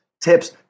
tips